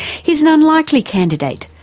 he is an unlikely candidate,